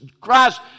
Christ